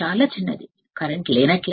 చాలా చిన్నది కరెంట్ లేనట్లే